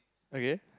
okay